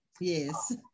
Yes